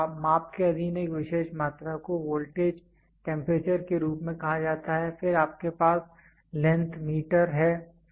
तो माप के अधीन एक विशेष मात्रा को वोल्टेज टेंपरेचर के रूप में कहा जाता है फिर आपके पास लेंथ मीटर है